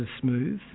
smooth